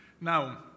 Now